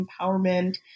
empowerment